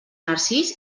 narcís